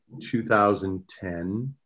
2010